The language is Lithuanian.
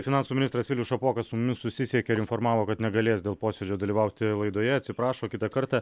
finansų ministras vilius šapoka su mumis susisiekė ir informavo kad negalės dėl posėdžio dalyvauti laidoje atsiprašo kitą kartą